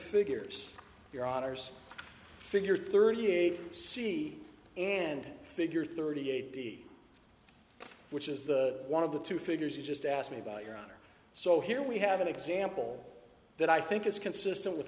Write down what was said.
figures your honour's figure thirty eight c and figure thirty eight d which is the one of the two figures you just asked me about your honor so here we have an example that i think is consistent with